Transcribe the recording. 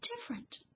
different